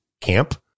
camp